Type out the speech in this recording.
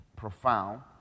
Profound